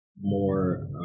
More